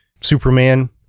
Superman